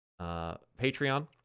Patreon